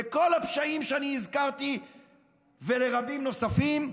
לכל הפשעים שאני הזכרתי ולרבים נוספים,